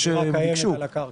מה שהם ביקשו.